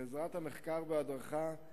בעזרת המחקר וההדרכה,